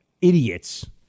idiots